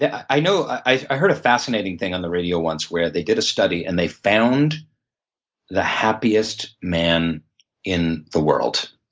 yeah i you know i heard a fascinating thing on the radio once where they did a study and they found the happiest man in the world,